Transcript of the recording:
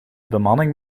bemanning